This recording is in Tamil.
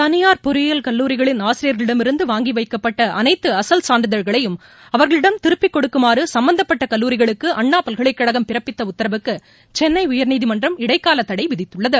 தனியார் பொறியியல் கல்லூரிகளின் ஆசிரியர்களிடமிருந்து வாங்கி வைக்கப்பட்ட அனைத்து அசல் சான்றிதழ்களையும் அவர்களிடம் திருப்பி கொடுக்குமாறு சம்பந்தப்பட்ட கல்லூரிகளுக்கு அண்ணா பல்கலைக்கழகம் பிறப்பித்த உத்தரவுக்கு சென்னை உயர்நீதிமன்றம் இடைக்கால தடை விதித்துள்ளது